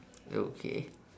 okay